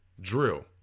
drill